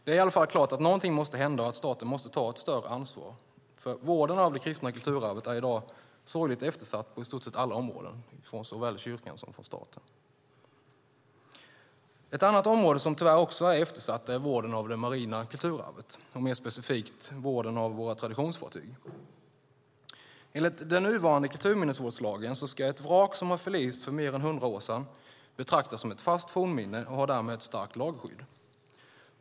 Det är i alla fall klart att någonting måste hända och att staten måste ta ett större ansvar, för vården av det kristna kulturarvet är i dag sorgligt eftersatt på i stort sett alla områden från såväl kyrkan som staten. Ett annat område som tyvärr också är eftersatt är vården av det marina kulturarvet och mer specifikt, vården av våra traditionsfartyg. Enligt den nuvarande kulturminnesvårdslagen ska ett vrak som förlist för mer än hundra år sedan betraktas som ett fast fornminne och har därmed ett starkt lagskydd.